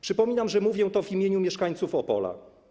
Przypominam, że mówię to w imieniu mieszkańców Opola.